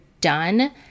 done